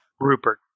Rupert